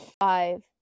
Five